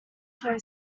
toy